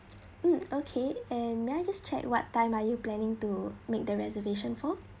mm okay and may I just check what time are you planning to make the reservation for